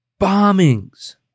bombings